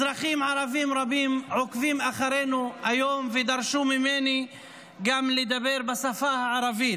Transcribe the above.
אזרחים ערבים עוקבים אחרינו היום ודרשו ממני לדבר גם בשפה הערבית.